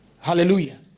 Hallelujah